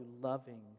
loving